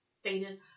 stated